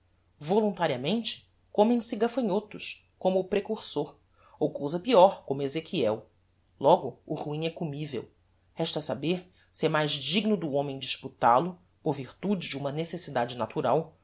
voluntariamente comem se gafanhotos como o precursor ou cousa peor como ezequiel logo o ruim é comivel resta saber se é mais digno do homem disputal o por virtude de uma necessidade natural